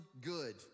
good